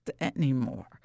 anymore